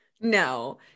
No